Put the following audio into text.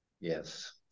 Yes